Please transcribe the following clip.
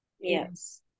yes